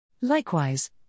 Likewise